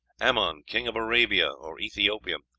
amon, king of arabia or ethiopia,